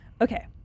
Okay